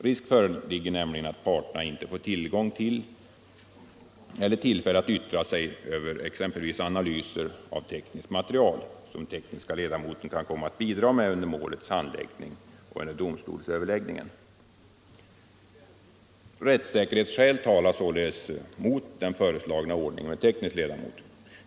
Risk föreligger nämligen att parterna inte får tillgång till eller tillfälle att yttra sig över exempelvis analyser av tekniskt material, som tekniske ledamoten kan komma att bidra med under målets handläggning och under domstolsöverläggningen. Rättssäkerhetsskäl talar således mot den föreslagna ordningen med teknisk ledamot.